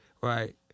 right